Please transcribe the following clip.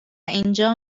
اینجا